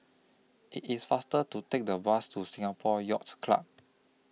IT IS faster to Take The Bus to Singapore Yacht Club